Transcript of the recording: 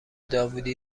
داوودی